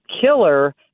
killer